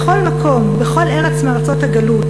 בכל מקום, בכל ארץ מארצות הגלות,